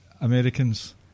Americans